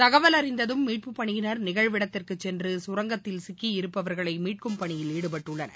தகவல் அறிந்ததும் மீட்புப் பணியினர் நிகழ்விடத்திற்குச் சென்று கரங்கத்தில் சிக்கியிருப்பவர்களை மீட்கும் பணியில் ஈடுபட்டுள்ளனர்